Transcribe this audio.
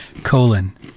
Colon